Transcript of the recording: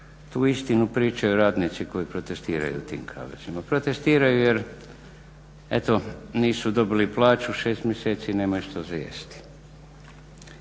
Tu istinu pričaju radnici koji protestiraju tim kavezima. Protestiraju jer eto nisu dobili plaću 6 mjeseci i nemaju što za jesti.